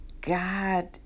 God